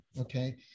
okay